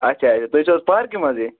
اچھا اچھا تُہۍ چھِو حظ پارکہ مَنزے